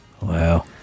Wow